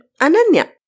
Ananya